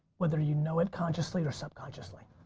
whether you know it consciously or subconsciously.